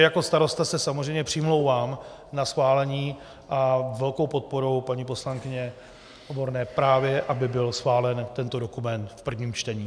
Jako starosta se samozřejmě přimlouvám za schválení a velkou podporou paní poslankyně Oborné právě, aby byl schválen tento dokument v prvním čtení.